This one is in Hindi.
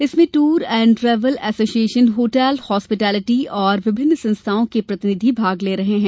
इसमें ट्र and travel association hotel hospitality और विभिन्न संस्थाओं के प्रतिनिधि भाग ले रहे है